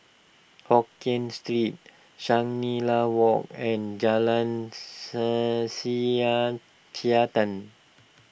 Hokkien Street Shangri La Walk and Jalan sir Siantan